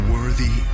Worthy